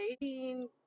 dating